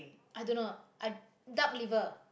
I don't know I Duck liver